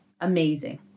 amazing